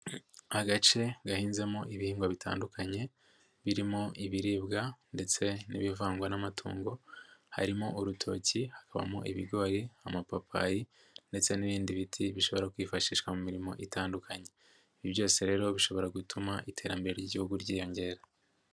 Agace gahinzemo ibihingwa bitandukanye birimo ibiribwa ndetse n'ibivangwa n'amatungo, harimo urutoki hakabamo ibigori, amapapayi ndetse n'ibindi biti bishobora kwifashishwa mu mirimo itandukanye, ibi byose rero bishobora gutuma iterambere ry'igihugu ryiyongera.